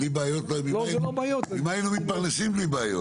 ממה היינו מתפרנסים בלי בעיות?